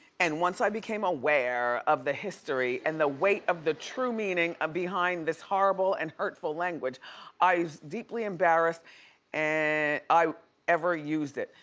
and once i became aware of the history and the weight of the true meaning of behind this horrible and hurtful language i was deeply embarrassed and i ever used it.